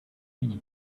many